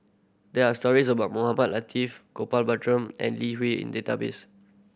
there are stories about Mohamed Latiff Gopal and Lee Hui in database